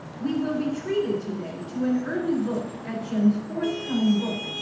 we will be treated today to an early look at jim's forthcoming book,